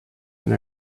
than